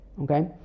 Okay